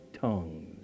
tongues